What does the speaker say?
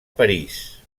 parís